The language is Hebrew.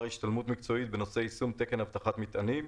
השתלמות מקצועית בנושא יישום תקן אבטחת מטענים."